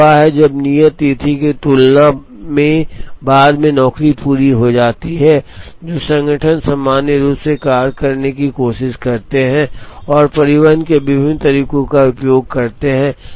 एक वह है जब नियत तिथि की तुलना में बाद में नौकरी पूरी हो जाती है जो संगठन सामान्य रूप से करने की कोशिश करते हैं और परिवहन के विभिन्न तरीकों का उपयोग करते हैं